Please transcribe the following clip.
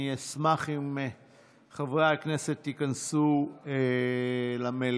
אני אשמח אם חברי הכנסת ייכנסו למליאה.